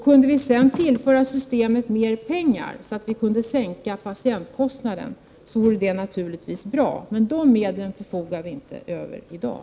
Kunde vi sedan tillföra systemet mer pengar, så att vi kunde sänka patientkostnaden vore det naturligtvis bra, men de medlen förfogar vi inte över i dag.